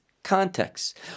context